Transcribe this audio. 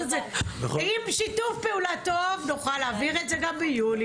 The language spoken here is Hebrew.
עם שיתוף פעולה טוב נוכל להעביר את זה גם ביולי,